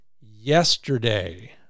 yesterday